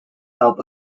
help